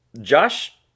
Josh